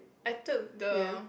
I took the